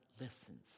listens